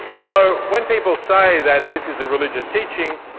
so when people say that this is a religious teaching,